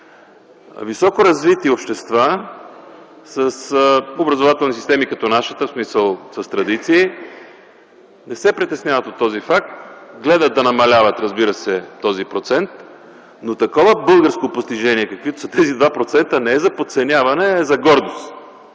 Високоразвити общества с образователни системи като нашата, в смисъл, с традиции, не се притесняват от този факт. Разбира се, гледат да намаляват този процент. Такова българско постижение, каквито са тези 2%, не е за подценяване, а е за гордост.